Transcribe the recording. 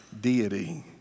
deity